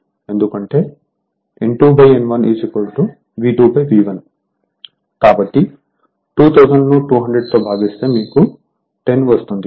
ఎందుకంటే N2 N1 V2 V1కాబట్టి 2000 ను 200 తో భాగిస్తే మీకు 10 వస్తుంది